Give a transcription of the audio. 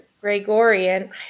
Gregorian